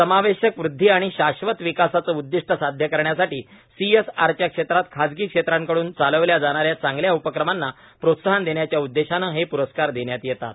समावेशक वृद्वी आणि शाश्वत विकासाचं उद्दिष्ट साध्य करण्यासाठी सीएसआरच्या क्षेत्रात खासगी क्षेत्राकडून चालवल्या जाणाऱ्या चांगल्या उपक्रमांना प्रोत्साहन देण्याच्या उद्देशानं हे पुरस्कार देण्यात येतात